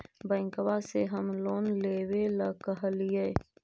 बैंकवा से हम लोन लेवेल कहलिऐ?